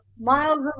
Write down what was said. miles